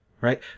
Right